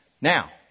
Now